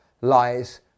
lies